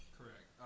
Correct